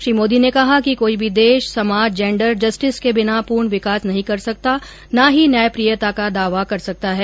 श्री मोदी ने कहा कि कोई भी देश समाज जेंडर जस्टिस के बिना पूर्ण विकास नहीं कर सकता ना ही न्यायप्रियता का दावा कर सकता है